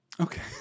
Okay